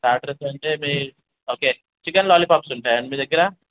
starters అంటే మీ okay chicken lollipops ఉంటాయా అండి మీ దగ్గర